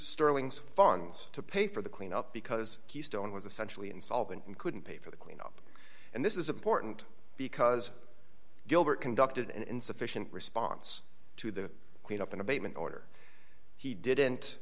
sterling's funds to pay for the cleanup because keystone was essentially insolvent and couldn't pay for the cleanup and this is important because gilbert conducted an insufficient response to the cleanup an abatement order he didn't